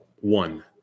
one